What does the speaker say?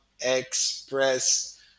Express